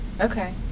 Okay